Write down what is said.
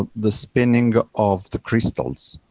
ah the spinning of the crystals.